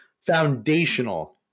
foundational